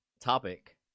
topic